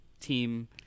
team